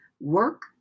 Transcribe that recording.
Work